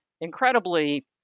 incredibly